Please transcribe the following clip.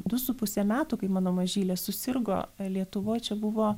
du su puse metų kai mano mažylė susirgo lietuvoj čia buvo